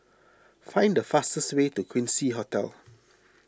find the fastest way to Quincy Hotel